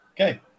Okay